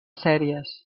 sèries